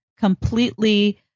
Completely